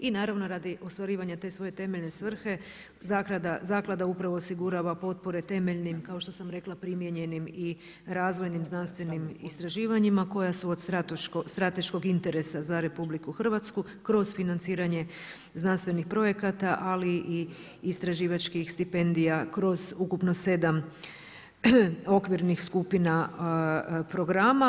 I naravno radi ostvarivanja te svoje temeljne svrhe zaklada osigurava potpore temeljnim kao što sam rekla primijenjenim i razvojnim znanstvenima istraživanjima koja su od strateškog interesa za RH kroz financiranje znanstvenih projekata, ali i istraživačkih stipendija kroz ukupno sedam okvirnih skupina programa.